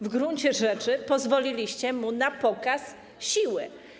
W gruncie rzeczy pozwoliliście mu na pokaz siły.